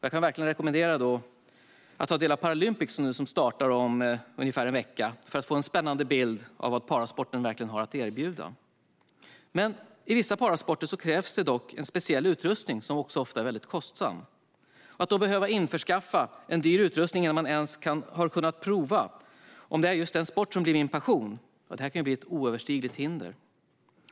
Jag kan verkligen rekommendera att ta del av Paralympics, som startar om ungefär en vecka, för att få en spännande bild av vad parasporten kan erbjuda. I vissa parasporter krävs det dock speciell utrustning som ofta är kostsam. Att behöva införskaffa en dyr utrustning innan man ens har kunnat prova om det är den sport som blir ens passion kan bli ett oöverstigligt hinder.